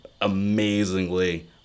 amazingly